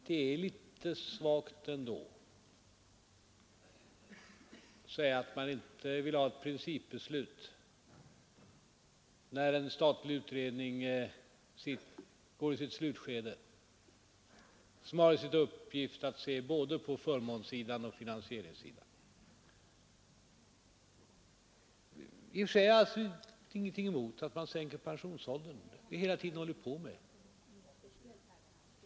Det är ändå litet svagt att säga att man inte vill ha ett principbeslut, när en statlig utredning går in i sitt slutskede, en utredning som har till uppgift att se både på förmånssidan och på finansieringssidan. I och för sig har jag ingenting emot att pensionsåldern sänks — något som vi hela tiden hållit på med.